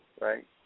right